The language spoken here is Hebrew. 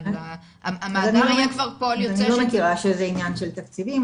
אני לא מכירה שזה עניין של תקציבים,